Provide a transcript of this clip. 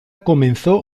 comenzó